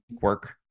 work